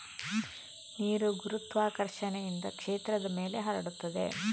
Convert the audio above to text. ನೀರು ಗುರುತ್ವಾಕರ್ಷಣೆಯಿಂದ ಕ್ಷೇತ್ರದ ಮೇಲೆ ಹರಡುತ್ತದೆ